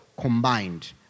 combined